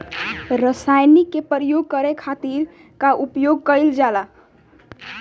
रसायनिक के प्रयोग करे खातिर का उपयोग कईल जाला?